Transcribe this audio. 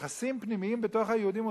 יחסים פנימיים בתוך היהודים,